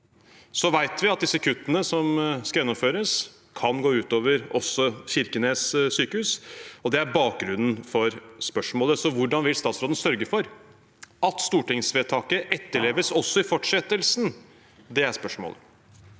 Så vet vi at disse kuttene som skal gjennomføres, kan gå ut over også Kirkenes sykehus, og det er bakgrunnen for spørsmålet. Hvordan vil statsråden sørge for at stortingsvedtaket etterleves også i fortsettelsen? Det er spørsmålet.